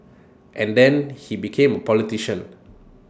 and then he became politician